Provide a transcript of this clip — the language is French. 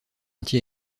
anti